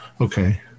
okay